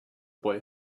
boy